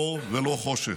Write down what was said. אור ולא חושך,